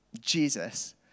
Jesus